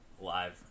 live